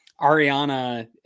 Ariana